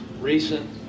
recent